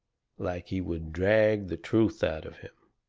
like he would drag the truth out of him,